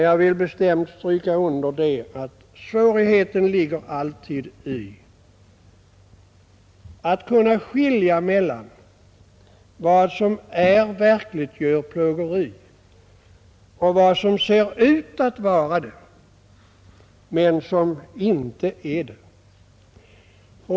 Jag vill bestämt understryka att svårigheten alltid ligger i att kunna skilja mellan vad som är verkligt djurplågeri och vad som ser ut att vara det men som inte är det.